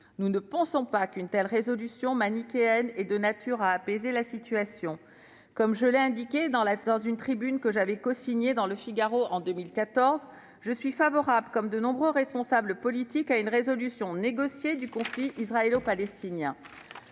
Nous ne pensons pas qu'une telle résolution manichéenne soit de nature à apaiser la situation. Dans une tribune que j'ai cosignée dans en 2014, j'ai dit être favorable, comme de nombreux responsables politiques, à une résolution négociée du conflit israélo-palestinien